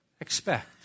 expect